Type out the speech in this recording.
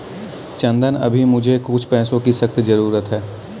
चंदन अभी मुझे कुछ पैसों की सख्त जरूरत है